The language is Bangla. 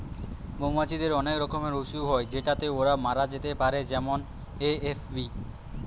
মৌমাছিদের অনেক রকমের অসুখ হয় যেটাতে ওরা মরে যেতে পারে যেমন এ.এফ.বি